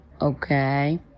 okay